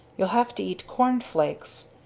you'll have to eat cornflakes.